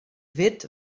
wit